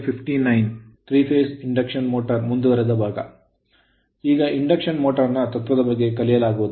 ಈಗ induction motor ನ ತತ್ವದ ಬಗ್ಗೆ ಕಲಿಯಲಾಗುವುದು